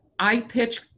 iPitch